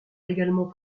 également